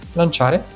lanciare